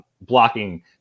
blocking